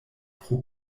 pro